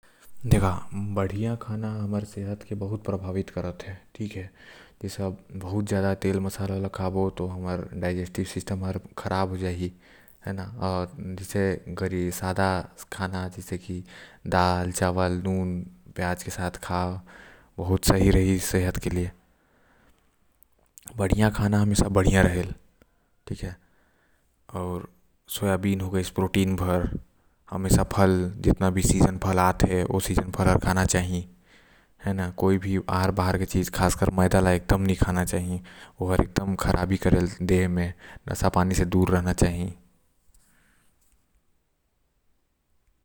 अच्छा खाना खा त शारीर ला स्वस्थ राखी आऊ जादा तेल मसाला वाला खाबे त स्वास्थ्य म भी असर करही। जैसे तोर पेट खराब हो जाहि आऊ अपच हो जाहि त ऐबर सादा खाना खा ओ। अच्छा रखी शरीर ल आऊ शहीर चंगा त मन ओ चंगा रही।